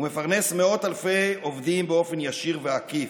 הוא מפרנס מאות אלפי עובדים באופן ישיר ועקיף: